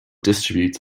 distributes